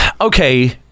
okay